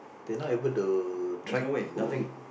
they're not able to track who